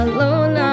Alone